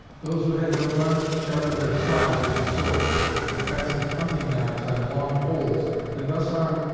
those who had no guns sharpened their saws into swords and fastened hunting knives on long poles and thus armed,